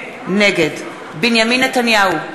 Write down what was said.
נגד בנימין נתניהו,